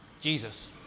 Jesus